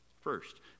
First